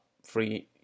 free